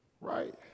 right